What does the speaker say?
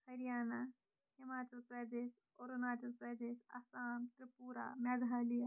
Haryana Himachal Pradesh Arunachal Pradesh Assam Tripura Meghalaya